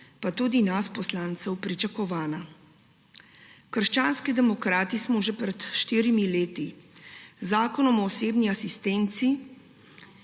pa tudi nas poslancev pričakovana. Krščanski demokrati smo že pred štirimi leti z Zakonom o osebni asistenci,